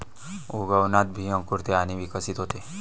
उगवणात बी अंकुरते आणि विकसित होते